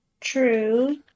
True